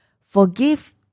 Forgive